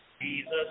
Jesus